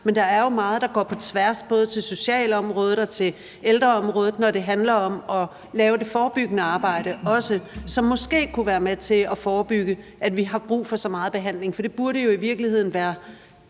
men der er jo meget, der går på tværs, både til socialområdet og til ældreområdet, når det handler om også at lave det forebyggende arbejde, som måske kunne være med til at forebygge, at vi har brug for så meget behandling. Det burde jo i virkeligheden være